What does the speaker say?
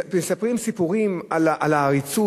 והם מספרים סיפורים על העריצות,